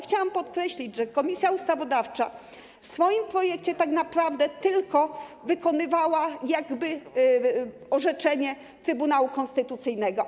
Chciałam tu podkreślić, że Komisja Ustawodawcza w swoim projekcie tak naprawdę tylko wykonywała orzeczenie Trybunału Konstytucyjnego.